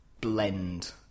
blend